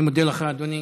אני מודה לך, אדוני.